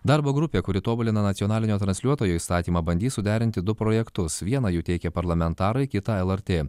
darbo grupė kuri tobulina nacionalinio transliuotojo įstatymą bandys suderinti du projektus vieną jų teikia parlamentarai kitą lrt